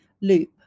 loop